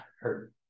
hurt